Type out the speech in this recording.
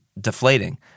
deflating